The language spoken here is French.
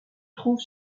trouve